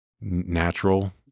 natural